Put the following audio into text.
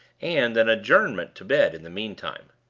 and an adjournment to bed in the meantime.